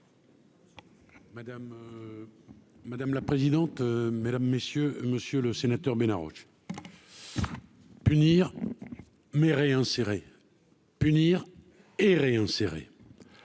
madame la présidente, mesdames, messieurs, monsieur le sénateur Ménard. Punir mais réinsérer. Punir et réinsérer,